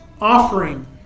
offering